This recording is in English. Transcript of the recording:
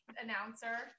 announcer